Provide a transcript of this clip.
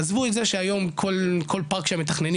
עזבו את זה שהיום כל פארק שמתכננים